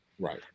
Right